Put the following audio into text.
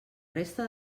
resta